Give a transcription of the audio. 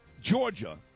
Georgia